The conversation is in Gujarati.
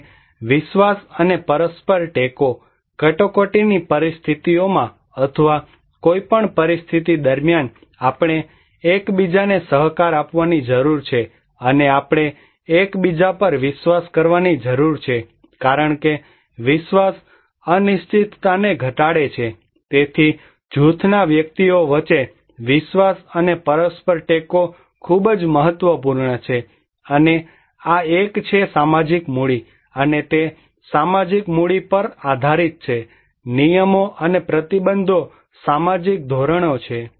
અને વિશ્વાસ અને પરસ્પર ટેકો કટોકટીની પરિસ્થિતિઓમાં અથવા કોઈપણ પરિસ્થિતિ દરમિયાન આપણે એક બીજાને સહકાર આપવાની જરૂર છે અને આપણે એક બીજા પર વિશ્વાસ કરવાની જરૂર છે કારણ કે વિશ્વાસ અનિશ્ચિતતાને ઘટાડે છે તેથી જૂથના વ્યક્તિઓ વચ્ચે વિશ્વાસ અને પરસ્પર ટેકો ખૂબ જ મહત્વપૂર્ણ છે અને આ એક છે સામાજિક મૂડી અને તે સામાજિક મૂડી પર આધારીત છે નિયમો અને પ્રતિબંધો સામાજિક ધોરણો છે